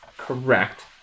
correct